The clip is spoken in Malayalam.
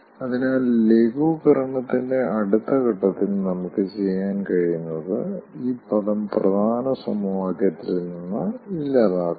അതിനാൽ ലഘൂകരണത്തിന്റെ അടുത്ത ഘട്ടത്തിൽ നമുക്ക് ചെയ്യാൻ കഴിയുന്നത് ഈ പദം പ്രധാന സമവാക്യത്തിൽ നിന്ന് ഇല്ലാതാക്കാം